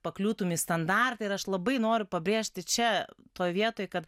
pakliūtum į standartą ir aš labai noriu pabrėžti čia toj vietoj kad